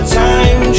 time